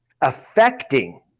affecting